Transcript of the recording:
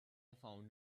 found